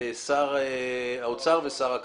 שר האוצר ושר הכלכלה.